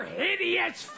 hideous